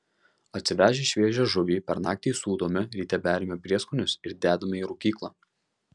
atsivežę šviežią žuvį per naktį sūdome ryte beriame prieskonius ir dedame į rūkyklą